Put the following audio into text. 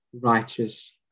righteous